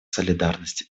солидарности